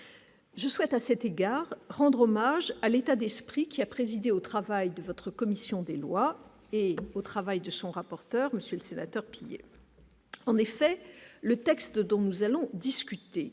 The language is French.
Je souhaite à cet égard rendre hommage à l'état d'esprit qui a présidé au travail de votre commission des lois, et au travail de son rapporteur, Monsieur le Sénateur, en effet, le texte dont nous allons discuter